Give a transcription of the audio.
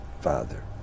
father